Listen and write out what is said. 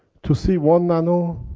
to see one nano.